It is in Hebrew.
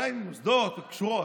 אולי ממוסדות קשורים.